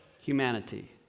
Humanity